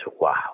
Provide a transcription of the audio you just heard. wow